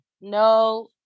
No